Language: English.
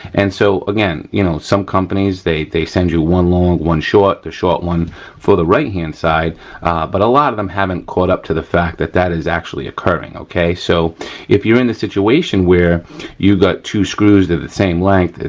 and so again, you know, some companies they they send you one long, one short. the short one for the right hand side but a lot of them haven't caught up to the fact that that is actually occurring, okay, so if you're in the situation where you got two screws that are the same length,